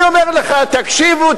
אני אומר לך, תקשיבו.